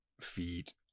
feet